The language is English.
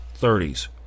30s